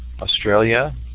Australia